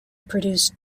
produced